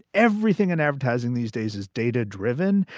everything in advertising these days is data driven,